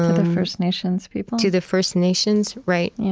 ah the first nations people to the first nations. right. yeah